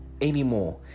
anymore